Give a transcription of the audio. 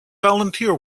volunteer